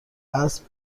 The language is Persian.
اسب